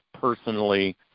personally